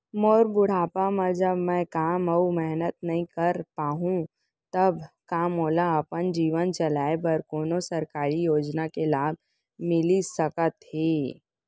मोर बुढ़ापा मा जब मैं काम अऊ मेहनत नई कर पाहू तब का मोला अपन जीवन चलाए बर कोनो सरकारी योजना के लाभ मिलिस सकत हे?